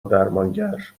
درمانگر